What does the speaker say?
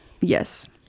yes